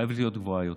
חייבת להיות גבוהה יותר.